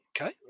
Okay